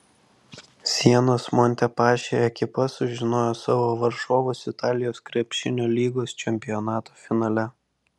sienos montepaschi ekipa sužinojo savo varžovus italijos krepšinio lygos čempionato finale